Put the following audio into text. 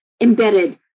embedded